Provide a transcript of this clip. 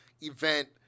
event